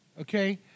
okay